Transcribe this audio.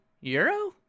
euro